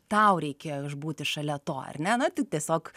tau reikėjo išbūti šalia to ar ne na tai tiesiog